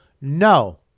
no